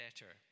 better